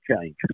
change